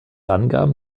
angaben